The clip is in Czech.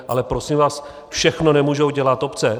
Ale prosím vás, všechno nemůžou dělat obce.